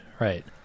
right